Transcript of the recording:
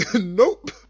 Nope